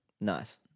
Nice